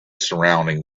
surrounding